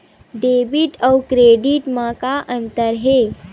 Debit अउ credit म का अंतर हे?